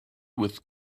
with